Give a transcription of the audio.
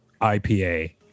IPA